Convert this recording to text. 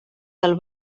del